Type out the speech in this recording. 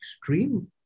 extreme